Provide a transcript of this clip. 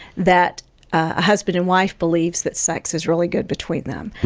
that a husband and wife believes that sex is really good between them.